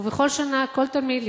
ובכל שנה כל תלמיד,